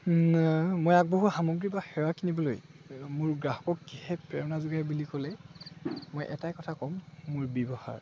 মই আগবঢ়োৱা সামগ্ৰী বা সেৱা কিনিবলৈ মোৰ গ্ৰাহকক কিহে প্ৰেৰণা যোগায় বুলি ক'লে মই এটাই কথা ক'ম মোৰ ব্যৱহাৰ